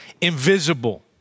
invisible